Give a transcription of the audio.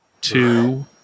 two